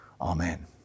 amen